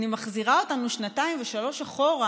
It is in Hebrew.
אני מחזירה אותנו שנתיים ושלוש אחורה,